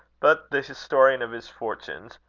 but the historian of his fortunes,